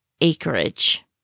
acreage